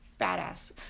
badass